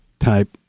type